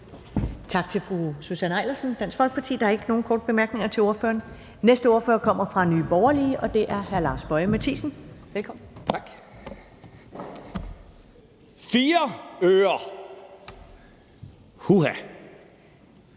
Tak til fru Susanne Eilersen, Dansk Folkeparti. Der er ikke nogen korte bemærkninger til ordføreren. Den næste ordfører kommer fra Nye Borgerlige, og det er hr. Lars Boje Mathiesen. Velkommen. Kl. 13:29 (Ordfører)